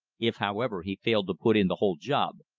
if, however, he failed to put in the whole job,